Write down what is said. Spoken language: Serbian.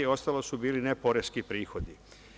Ostalo su bili neporeski prihodi.